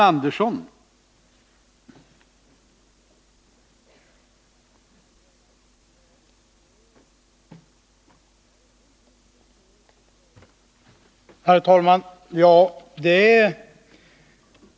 Herr talman!